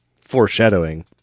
Foreshadowing